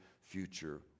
future